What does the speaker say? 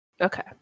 Okay